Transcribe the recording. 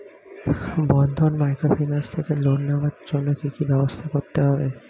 বন্ধন microfinance থেকে loan নেওয়ার জন্য কি কি ব্যবস্থা করতে হবে?